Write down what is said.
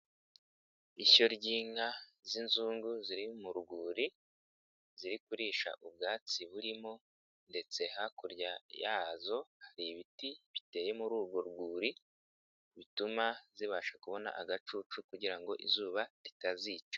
Ishyo ry'inka z'inzungu ziri mu rwuri ziri kurisha ubwatsi burimo ndetse hakurya yazo hari ibiti biteye muri urwo rwuri, bituma zibasha kubona agacucu kugira ngo izuba ritazicrwa.